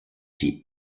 die